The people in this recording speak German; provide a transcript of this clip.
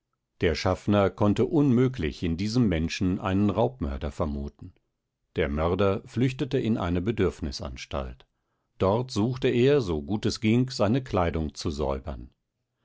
der schaffner konnte unmöglich in diesem menschen einen raubmörder vermuten der mörder flüchtete in eine bedürfnisanstalt dort suchte er so gut es ging seine kleidung zu säubern